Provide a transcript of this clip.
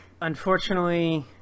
Unfortunately